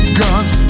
guns